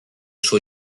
suo